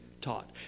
taught